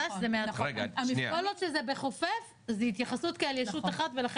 כל עוד זה בחופף זו התייחסות כאל ישות אחת ולכן